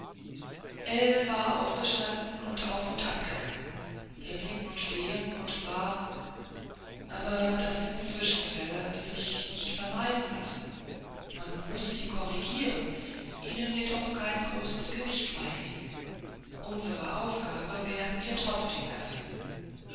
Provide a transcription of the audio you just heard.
war aufgestanden und auf und ab gegangen er blieb nun stehen und sprach aber das sind zwischenfälle die sich nicht vermeiden lassen man muß sie korrigieren ihnen jedoch kein großes gewicht beilegen unsere aufgabe werden wir trotzdem erfüllen